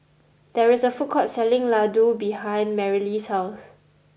there is a food court selling Ladoo behind Merrilee's house